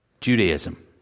Judaism